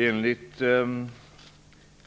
Enligt